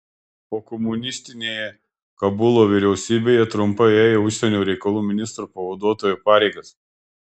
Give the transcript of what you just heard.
pokomunistinėje kabulo vyriausybėje trumpai ėjo užsienio reikalų ministro pavaduotojo pareigas